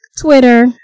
Twitter